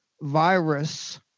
virus